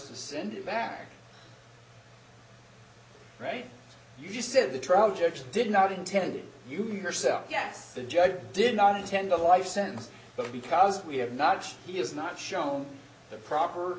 to send you back right you just said the trial judge did not intend that you yourself guess the judge did not intend a life sentence but because we have not he has not shown the proper